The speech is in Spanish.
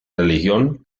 religión